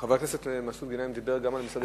חבר הכנסת מסעוד גנאים דיבר גם על משרדי ממשלה.